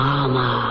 Mama